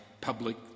public